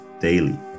daily